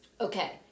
Okay